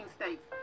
states